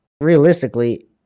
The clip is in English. realistically